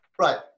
Right